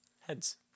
Heads